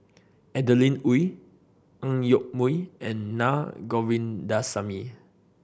Adeline Ooi Ang Yoke Mooi and Naa Govindasamy